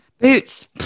boots